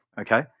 Okay